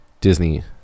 Disney